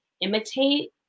imitate